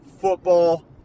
football